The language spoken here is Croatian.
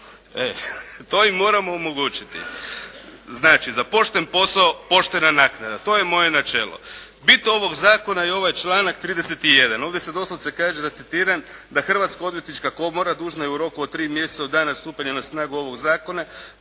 to. To im moramo omogućiti! Znači, za pošten posao, poštena naknada. To je moje načelo. Bit ovog zakona je ovaj članak 31. Ovdje se doslovce kaže da citiram da “Hrvatska obrtnička komora dužna je u roku od 3 mjeseca od dana stupanja na snagu ovoga zakona